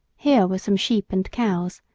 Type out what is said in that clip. here were some sheep and cows,